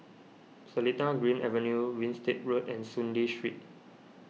Seletar Green Avenue Winstedt Road and Soon Lee Street